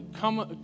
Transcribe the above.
come